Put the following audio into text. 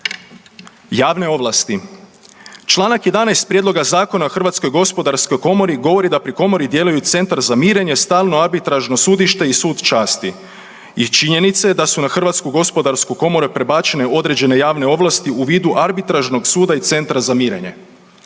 Javne ovlasti, čl. 11. Prijedloga zakona o HGK govori da pri komori djeluju centri za mirenje stalno arbitrarno sudište i Sud časti i činjenica je da su na HGK prebačene određene javne ovlasti u vidu arbitražnog suda i centra za mirenje.